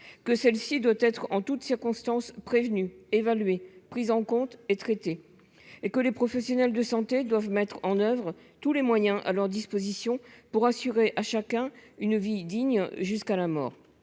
que celle-ci doit être en toutes circonstances, prévenue évaluée prise en compte et traitées et que les professionnels de santé doivent mettre en oeuvre tous les moyens à leur disposition pour assurer à chacun une vie digne jusqu'à la mort,